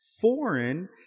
foreign